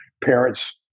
Parents